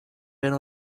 went